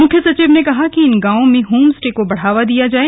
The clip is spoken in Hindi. मुख्य सचिव ने कहा की इन गांवों में होम स्टे को बढ़ावा दिया जाय